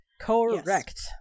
correct